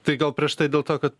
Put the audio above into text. tai gal prieš tai dėl to kad